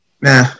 nah